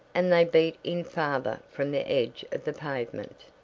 and they beat in farther from the edge of the pavement.